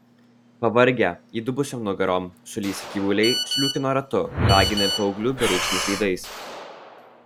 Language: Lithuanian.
pavargę įdubusiom nugarom sulysę gyvuliai sliūkino ratu raginami paauglių bereikšmiais veidais